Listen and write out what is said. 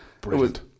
Brilliant